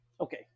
Okay